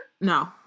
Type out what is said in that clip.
No